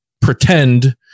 pretend